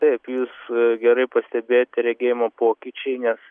taip jūs gerai pastebėjote regėjimo pokyčiai nes